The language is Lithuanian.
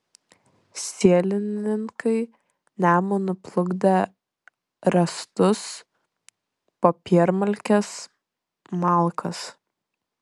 sielininkai nemunu plukdė rąstus popiermalkes malkas